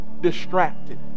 distracted